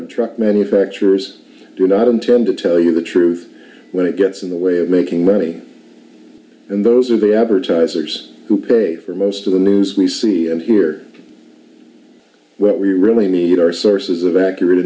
car truck manufacturers do not intend to tell you the truth when it gets in the way of making money and those are the advertisers who pay for most of the news we see and hear what we really need are sources of accurate